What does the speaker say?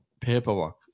paperwork